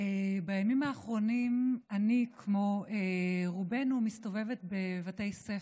בימים האחרונים אני, כמו רובנו, מסתובבת בבתי ספר,